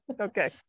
Okay